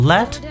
Let